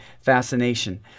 fascination